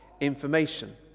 information